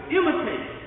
imitate